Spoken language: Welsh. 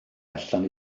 allan